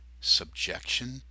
subjection